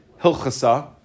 Hilchasa